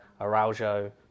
Araujo